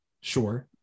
Sure